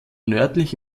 nördlich